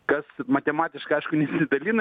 kas matematiškai aišku nesidalina